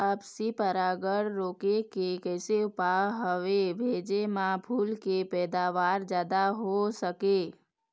आपसी परागण रोके के कैसे उपाय हवे भेजे मा फूल के पैदावार जादा हों सके?